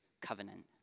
covenant